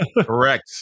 Correct